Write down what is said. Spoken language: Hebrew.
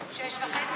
18:00